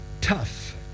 tough